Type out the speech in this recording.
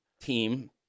team